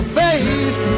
face